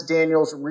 Daniels